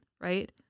right